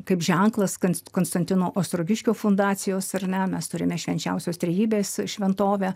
kaip ženklas kans konstantino ostrogiškio fundacijos ar ne mes turime švenčiausios trejybės šventovę